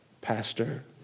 Pastor